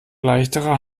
leichtere